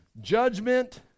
judgment